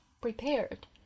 prepared